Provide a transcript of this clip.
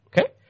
Okay